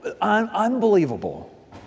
Unbelievable